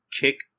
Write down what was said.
kick